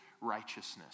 righteousness